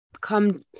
come